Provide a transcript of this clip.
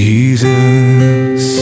Jesus